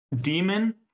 Demon